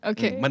Okay